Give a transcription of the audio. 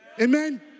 amen